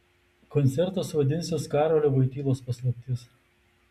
koncertas vadinsis karolio voitylos paslaptis